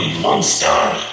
Monster